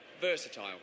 Versatile